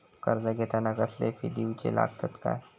कर्ज घेताना कसले फी दिऊचे लागतत काय?